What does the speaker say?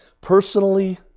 personally